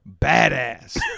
badass